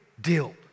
deal